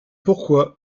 pourquoi